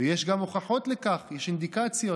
ויש גם הוכחות לכך, יש אינדיקציות.